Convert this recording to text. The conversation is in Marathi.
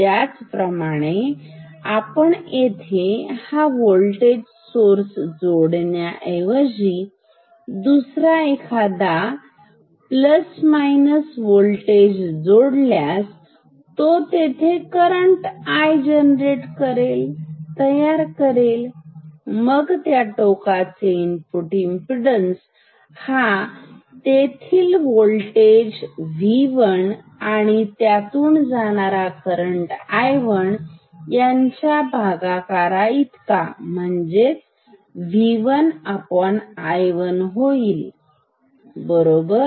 त्याचप्रमाणे आपण येथे हा व्होल्टेज स्त्रोत जोडण्या ऐवजी दुसरा एखादा प्लस मायनस अधिक आणि वजा होल्टेज जोडल्यास तो तेथे करंट तयार करेल मग त्या टोकाचे इनपुट इमपीडन्स तेथील व्होल्टेज आणि करंट यांच्या भागाकाराच्या इतके V1I1 होईलबरोबर